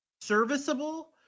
Serviceable